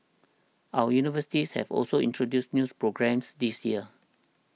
other universities have also introduced news programmes this year